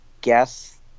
guess